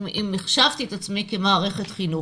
אם החשבתי את עצמי כמערכת חינוך.